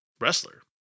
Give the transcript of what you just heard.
wrestler